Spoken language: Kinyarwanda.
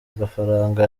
agafaranga